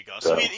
go